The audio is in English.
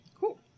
Cool